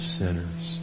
sinners